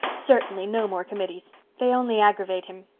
certainly, no more committees. they only aggravate him.